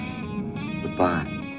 goodbye